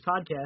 podcast